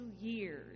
years